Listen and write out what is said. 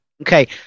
Okay